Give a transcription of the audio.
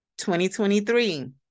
2023